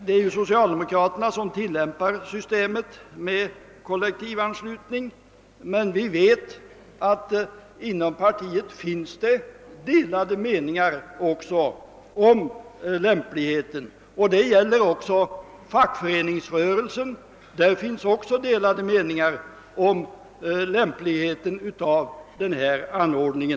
Det är ju socialdemokraterna som tillämpar systemet med kollektivanslutning, men vi vet att det inom det socialdemokratiska partiet, liksom även inom fackföreningsrörelsen, finns delade meningar om lämpligheten av kollektivanslutning.